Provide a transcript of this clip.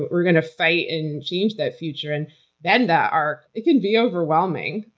we're going to fight and change that future and bend that arc. it can be overwhelming.